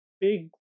Big